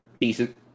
decent